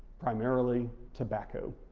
primarily tobacco.